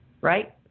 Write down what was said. right